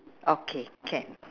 okay can